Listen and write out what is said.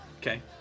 Okay